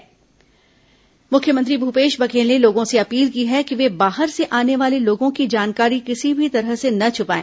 corona मुख्यमंत्री appeal मुख्यमंत्री भूपेश बघेल ने के लोगों से अपील की है कि वे बाहर से आने वाले लोगों की जानकारी किसी भी तरह से न छुपाए